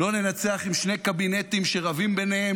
לא ננצח עם שני קבינטים שרבים ביניהם.